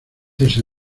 ese